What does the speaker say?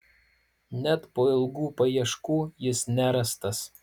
net po ilgų paieškų jis nerastas